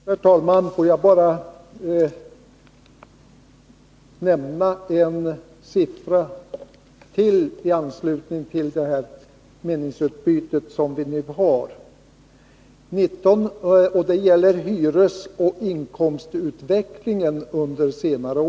Herr talman! Får jag bara nämna en siffra till i anslutning till det meningsutbyte som vi nu har. Det gäller hyresoch inkomstutvecklingen under senare år.